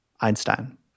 Einstein